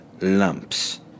lumps